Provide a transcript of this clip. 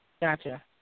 Gotcha